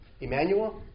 Emmanuel